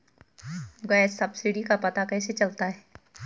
Gas subsidy का पता कैसे चलता है?